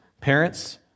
parents